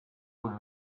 would